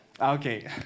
Okay